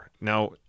Now